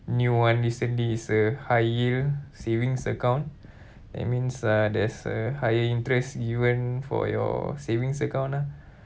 new [one] recently it's a higher savings account that means uh there's a higher interest yield for your savings account lah